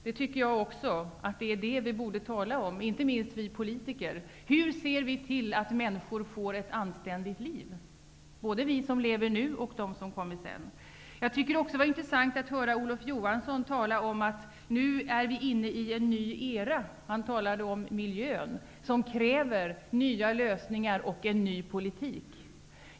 Jag tycker också att det är det vi borde tala om, inte minst vi politiker. Hur ser vi till att människor får ett anständigt liv, både vi som lever nu och de som kommer sedan? Jag tycker också att det var intressant att höra Olof Johansson tala om att vi nu är inne i en ny era -- han talade om miljön -- som kräver nya lösningar och en ny politik.